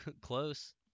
Close